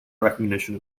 recognition